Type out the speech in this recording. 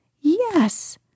Yes